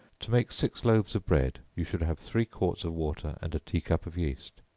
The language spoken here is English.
to make six loaves of bread, you should have three quarts of water and a tea-cup of yeast.